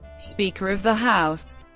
speaker of the house